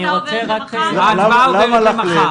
ההצבעה עוברת למחר